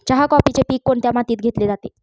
चहा, कॉफीचे पीक कोणत्या मातीत घेतले जाते?